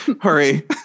hurry